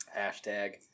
Hashtag